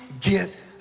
get